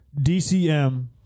DCM